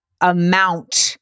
amount